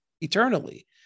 eternally